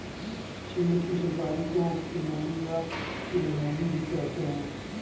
चीड़ की सुपारी को पिनोली या पिगनोली भी कहते हैं